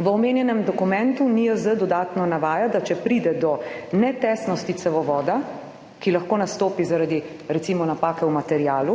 V omenjenem dokumentu NIJZ dodatno navaja, da če pride do netesnosti cevovoda, ki lahko nastopi, zaradi recimo napake v materialu,